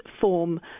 form